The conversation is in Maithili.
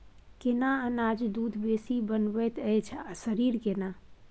केना अनाज दूध बेसी बनबैत अछि आ शरीर केना?